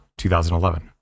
2011